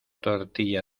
tortilla